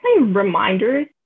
reminders